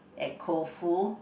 at Koufu